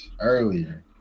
earlier